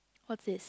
what's